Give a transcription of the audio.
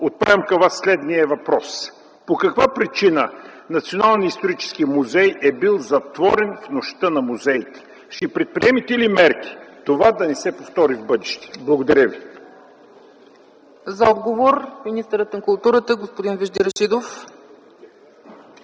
отправям към Вас следния въпрос: по каква причина Националният исторически музей е бил затворен в Нощта на музеите? Ще предприемете ли мерки това да не се повтори в бъдеще? Благодаря Ви. ПРЕДСЕДАТЕЛ ЦЕЦКА ЦАЧЕВА: За отговор – министърът на културата господин Вежди Рашидов.